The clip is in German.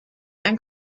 ein